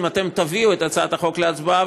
אם אתם תביאו את הצעת החוק להצבעה,